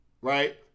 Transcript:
right